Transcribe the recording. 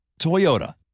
Toyota